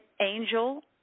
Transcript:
angel